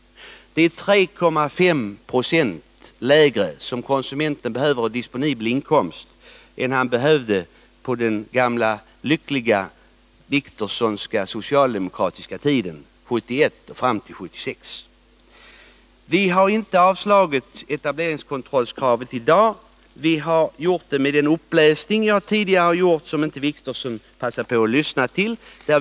Det är 3,5 90 lägre som troll som metod för styrning av animalieproduktionens utbyggnad konsumenten behöver i disponibel inkomst än han behövde på den gamla lyckliga Wictorssonska socialdemokratiska tiden 1971 och fram till 1976. Vi har inte avstyrkt etableringskontrollkravet i dag. Vi har gjort det med den uppläsning jag tidigare gjorde, som Åke Wictorsson tydligen inte lyssnade till.